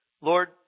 Lord